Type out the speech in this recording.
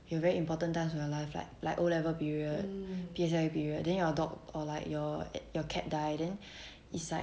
your very important times of your life like like O level period P_S_L_E period then your dog or like your your cat died then it's like